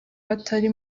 batari